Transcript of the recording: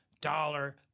dollar